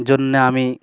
জন্যে আমি